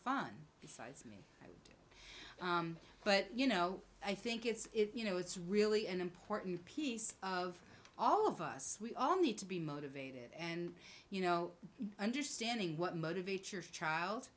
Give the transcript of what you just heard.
fun besides me but you know i think it's you know it's really an important piece of all of us we all need to be motivated and you know understanding what motivates your child